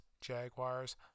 Jaguars